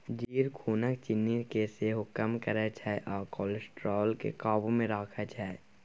जीर खुनक चिन्नी केँ सेहो कम करय छै आ कोलेस्ट्रॉल केँ काबु मे राखै छै